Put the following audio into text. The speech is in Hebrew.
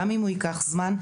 גם אם הוא ייקח זמן,